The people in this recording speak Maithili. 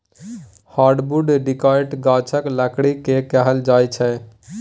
हार्डबुड डिकौटक गाछक लकड़ी केँ कहल जाइ छै